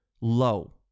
low